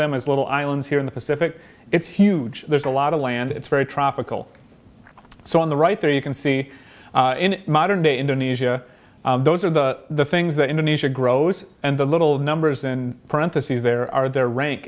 them as little islands here in the pacific it's huge there's a lot of land it's very tropical so on the right there you can see in modern day indonesia those are the things that indonesia grows and the little numbers in parentheses there are their rank